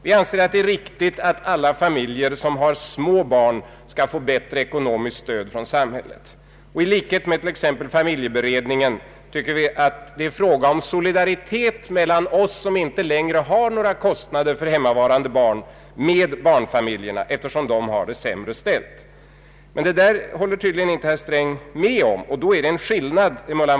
Vi anser att det är riktigt att alla familjer som har små barn skall få bättre ekonomiskt stöd från samhället. Och i likhet med t.ex. familjebe redningen tycker vi att det bör vara fråga om solidaritet mellan oss, som inte längre har några kostnader för hemmavarande barn, och barnfamiljerna, eftersom dessa har det sämre ställt. Men detta håller tydligen inte herr Sträng med om.